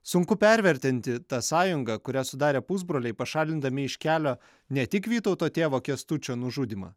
sunku pervertinti tą sąjungą kurią sudarė pusbroliai pašalindami iš kelio ne tik vytauto tėvo kęstučio nužudymą